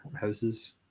houses